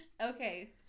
Okay